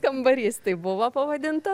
kambarys taip buvo pavadinta